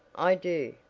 i do,